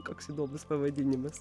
koks įdomus pavadinimas